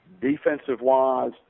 Defensive-wise